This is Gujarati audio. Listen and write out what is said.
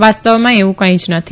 વાસ્તવમાં એવું કંઇ જ નથી